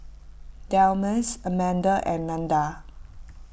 Delmus Amanda and Nada